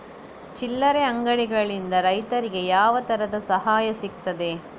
ಚಿಲ್ಲರೆ ಅಂಗಡಿಗಳಿಂದ ರೈತರಿಗೆ ಯಾವ ತರದ ಸಹಾಯ ಸಿಗ್ತದೆ?